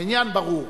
העניין ברור.